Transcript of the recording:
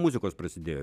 muzikos prasidėjo